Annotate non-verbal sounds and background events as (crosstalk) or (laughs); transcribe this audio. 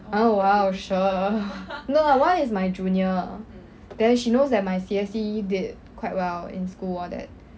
oh !wow! sure (laughs) no lah one is my junior then she knows that my C_S_E did quite well in school all that